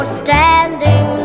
standing